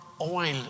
oil